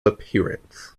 appearance